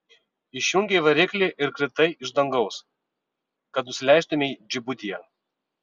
išjungei variklį ir kritai iš dangaus kad nusileistumei džibutyje